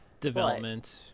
Development